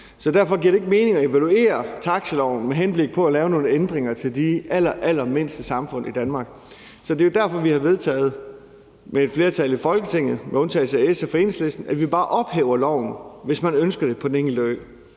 så derfor giver det ikke mening at evaluere taxiloven med henblik på at lave nogle ændringer til de allerallermindste samfund i Danmark. Så det er derfor, vi med et flertal i Folketinget med undtagelse af SF og Enhedslisten har vedtaget, at vi bare ophæver loven, hvis man ønsker det på den enkelte ø.